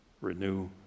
renew